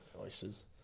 oysters